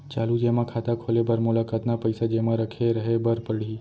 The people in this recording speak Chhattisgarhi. चालू जेमा खाता खोले बर मोला कतना पइसा जेमा रखे रहे बर पड़ही?